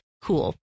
cool